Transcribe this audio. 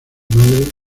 madre